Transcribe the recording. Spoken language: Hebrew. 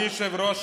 אדוני היושב-ראש,